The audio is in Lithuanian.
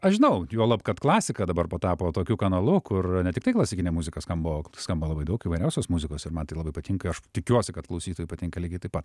aš žinau juolab kad klasika dabar patapo tokiu kanalu kur ne tiktai klasikinė muzika skambo skamba labai daug įvairiausios muzikos ir man tai labai patinka aš tikiuosi kad klausytojui patinka lygiai taip pat